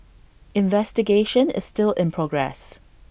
investigation is still in progress